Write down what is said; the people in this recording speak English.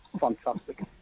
Fantastic